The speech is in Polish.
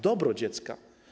Dobro dziecka.